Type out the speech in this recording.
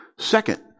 Second